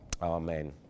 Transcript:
Amen